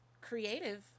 creative